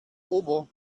ober